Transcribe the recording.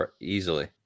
Easily